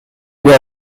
aller